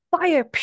fire